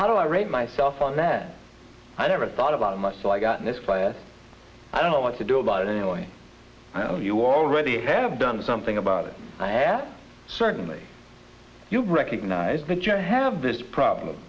how do i rate myself on that i never thought about it much so i got in this class i don't know what to do about it anyway i know you already have done something about it i have certainly you recognize that you have this problem